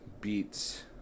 beats